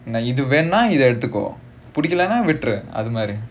இது வேணும்னுன எடுத்துக்கோ பிடிக்கலைன்னா விட்டுடு:ithu venumnuna eduthukko pidikkalainaa vittudu